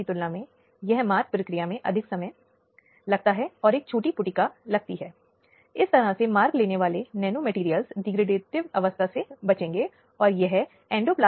किसी भी फैसले के खिलाफ अपील करने का अधिकार भी है पीड़ित को अदालत द्वारा पारित किसी भी आदेश के खिलाफ अपील को प्राथमिकता देने का अधिकार है आरोपी को बरी करना या उसे कम अपराध के लिए दोषी ठहराना या अपर्याप्त मुआवजे आदि को लागू करना